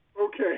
Okay